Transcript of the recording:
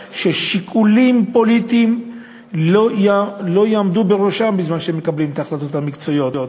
ששיקולים פוליטיים לא יעמדו בראשם בזמן שהם מקבלים את ההחלטות המקצועיות.